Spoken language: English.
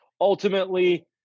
ultimately